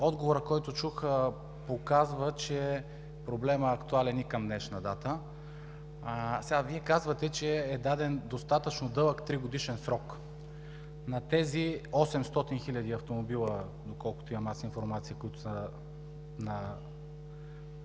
отговорът, който чух, показва, че проблемът е актуален и към днешна дата. Сега Вие казвате, че е даден достатъчно дълъг тригодишен срок на тези 800 хиляди автомобила, доколкото имам информация, които са на